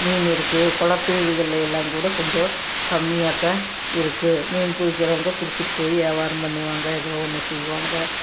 மீன் இருக்குது குளத்து இதுகளெல்லாம் கூட கொஞ்சம் கம்மியாகதான் இருக்கும் மீன் பிடிக்கிறவங்க பிடிச்சுட்டு போய ஏவாரம் பண்ணுவாங்க ஏதோ ஒன்று செய்வாங்க